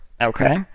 Okay